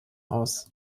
aus